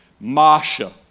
Masha